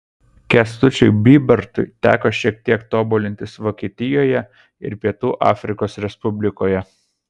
kęstučiui bybartui teko šiek tiek tobulintis vokietijoje ir pietų afrikos respublikoje